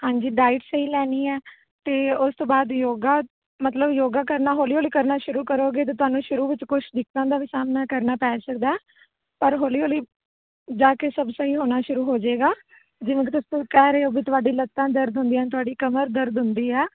ਹਾਂਜੀ ਡਾਇਟ ਸਹੀ ਲੈਣੀ ਆ ਅਤੇ ਉਸ ਤੋਂ ਬਾਅਦ ਯੋਗਾ ਮਤਲਬ ਯੋਗਾ ਕਰਨਾ ਹੌਲੀ ਹੌਲੀ ਕਰਨਾ ਸ਼ੁਰੂ ਕਰੋਗੇ ਅਤੇ ਤੁਹਾਨੂੰ ਸ਼ੁਰੂ ਵਿੱਚ ਕੁਝ ਦਿੱਕਤਾਂ ਦਾ ਵੀ ਸਾਹਮਣਾ ਕਰਨਾ ਪੈ ਸਕਦਾ ਪਰ ਹੌਲੀ ਹੌਲੀ ਜਾ ਕੇ ਸਭ ਸਹੀ ਹੋਣਾ ਸ਼ੁਰੂ ਹੋ ਜੇਗਾ ਜਿਵੇਂ ਕਿ ਤੁਸੀਂ ਕਹਿ ਰਹੇ ਹੋ ਕਿ ਤੁਹਾਡੀ ਲੱਤਾਂ ਦਰਦ ਹੁੰਦੀਆਂ ਤੁਹਾਡੀ ਕਮਰ ਦਰਦ ਹੁੰਦੀ ਆ